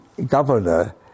governor